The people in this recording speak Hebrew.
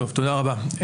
תודה רבה.